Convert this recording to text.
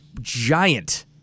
giant